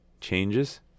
changes